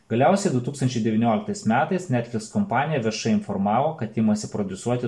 galiausiai du tūkstančiai devynioliktais metais metais netfliks kompanija viešai informavo kad imasi prodiusuoti